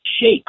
Shake